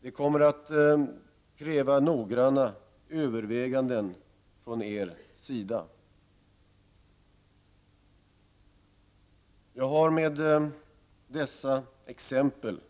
De kommer att kräva noggranna överväganden från Jag har med dessa exempel